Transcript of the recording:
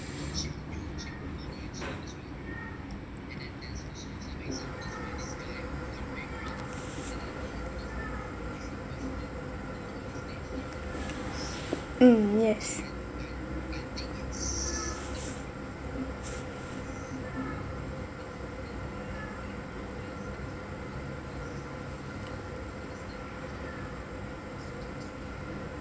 mm yes